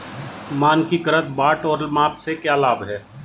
मानकीकृत बाट और माप के क्या लाभ हैं?